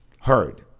Heard